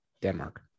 Denmark